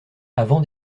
avant